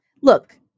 Look